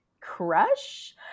crush